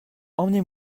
emmenez